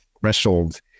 threshold